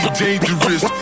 dangerous